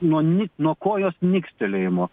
nuo nuo kojos nikstelėjimo